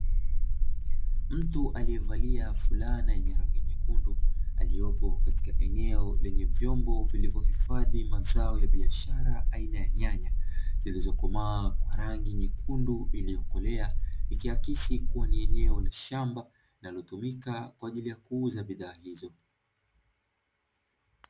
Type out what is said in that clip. Mtu aliyevalia fulana yenye rangi nyekundu, aliyepo katika eneo lenye vyombo vilivyohifadhi mazao ya biashara aina ya nyanya zilizokomaa kwa rangi nyekundu iliyokolea, ikiashiria kuwa ni eneo la shamba linalotumika kwa ajili ya kuuza bidhaa hizo.